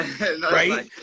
Right